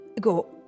go